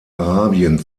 arabien